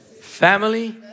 family